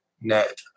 net